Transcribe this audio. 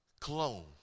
cologne